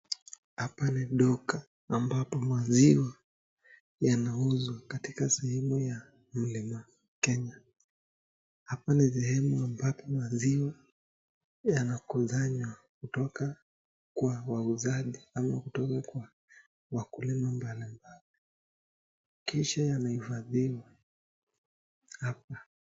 Hapa ni duka ambapo maziwa inauzwa, katika sehemu ya mlima Kenya. Hapa ni sehemu ambapo maziwa yanakusanywa kutoka kwa wauzaji au kutoka kwa wakulima mbalimbal. Kisha yanaifadhiwa hapa.